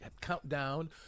countdown